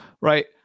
right